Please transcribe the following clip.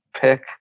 pick